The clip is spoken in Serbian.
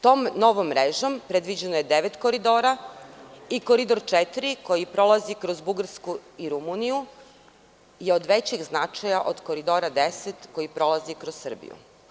Tom novom mrežom predviđeno je devet koridora i Koridor 4, koji prolazi kroz Bugarsku i Rumuniju, je od većeg značaja od Koridora 10 koji prolazi kroz Srbiju.